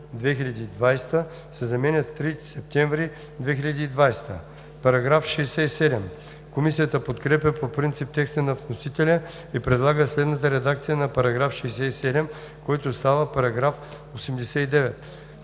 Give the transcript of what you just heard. Комисията подкрепя по принцип текста на вносителя и предлага следната редакция на § 67, който става § 89: „§ 89.